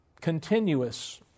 Continuous